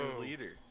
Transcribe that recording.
leader